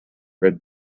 red